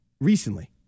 recently